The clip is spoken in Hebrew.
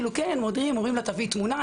אומרים לה להביא תמונה,